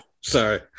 Sorry